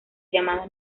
llamada